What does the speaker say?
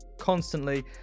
constantly